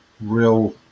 real